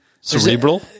Cerebral